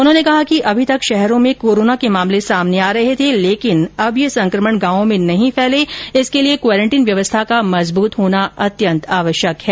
उन्होंने कहा कि अभी तक शहरों में कोरोना के मामले सामने आ रहे थे लेकिन अब यह संक्रमण गांवों में नहीं फैले इसके लिए क्वारंटाइन व्यवस्था का मजबूत होना अत्यंत आवश्यक है